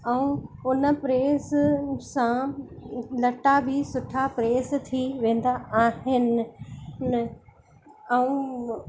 ऐं उन प्रेस सां लटा बि सुठा प्रेस थी वेंदा आहिनि न ऐं